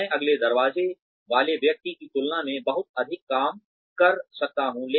मैं अगले दरवाज़े वाले व्यक्ति की तुलना में बहुत अधिक काम कर सकता हूं